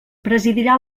presidirà